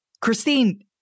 Christine